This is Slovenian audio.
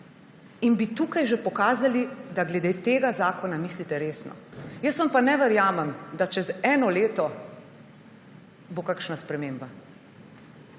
in bi že tukaj pokazali, da glede tega zakona mislite resno. Jaz vam pa ne verjamem, da čez eno leto bo kakšna sprememba,